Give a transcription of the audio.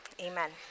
amen